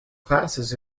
classes